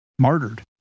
martyred